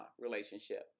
relationship